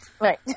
Right